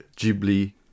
Ghibli